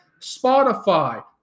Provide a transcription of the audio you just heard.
Spotify